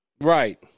Right